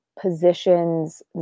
positions